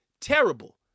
terrible